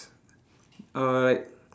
uh like